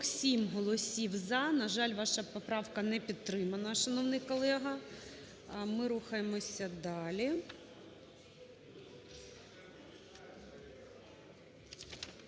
12:44:41 За-47 На жаль, ваша поправка не підтримана, шановний колега. Ми рухаємося далі.